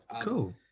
Cool